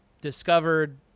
discovered